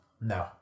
No